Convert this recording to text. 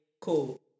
Cool